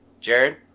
Jared